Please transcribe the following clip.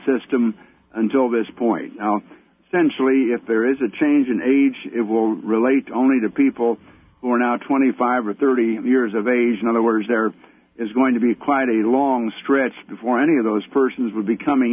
system until this point sensually if there is a change in age it will relate only to people who are now twenty five or thirty years of age in other words there is going to be quite a long stretch before any of those persons were becoming